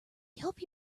hope